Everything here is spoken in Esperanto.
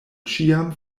ĉiam